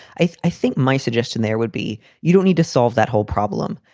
i think my suggestion there would be you don't need to solve that whole problem.